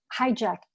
hijacked